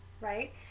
right